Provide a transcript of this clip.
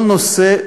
אפשר כל נושא,